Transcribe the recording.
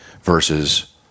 versus